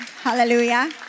hallelujah